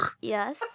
Yes